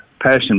Passion